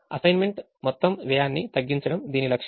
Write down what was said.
assignment మొత్తం వ్యయాన్ని తగ్గించడం దీని లక్ష్యం